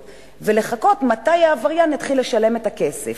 ולחכות: מתי העבריין יתחיל לשלם את הכסף.